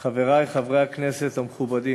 חברי חברי הכנסת המכובדים,